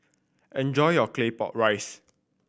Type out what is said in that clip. enjoy your Claypot Rice